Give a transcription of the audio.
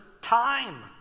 time